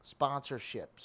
sponsorships